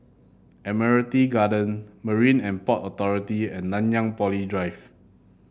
Admiralty Garden Marine And Port Authority and Nanyang Poly Drive